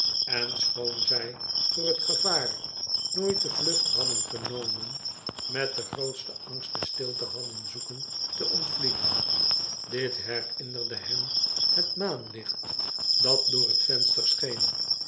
en schoon zg voor het gevaar nooit de vlucht hadden genomen met dengrootsten angst de stilte hadden zoeken te ontvlieden dit herinnerde hem het maanlicht dat door het venster scheen